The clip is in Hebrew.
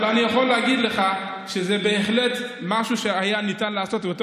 אבל אני יכול להגיד לך שזה בהחלט משהו שהיה ניתן לעשות,